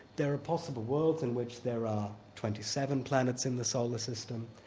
there are possible worlds in which there are twenty seven planets in the solar system,